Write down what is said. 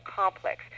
complex